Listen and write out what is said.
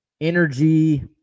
energy